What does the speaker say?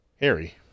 Harry